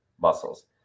muscles